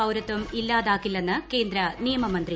പൌരത്വം ഇല്ലാതാക്കില്ലെന്ന് കേന്ദ്ര നിയമ മന്ത്രി